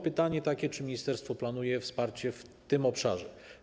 Pytanie jest takie: Czy ministerstwo planuje wsparcie w tym obszarze?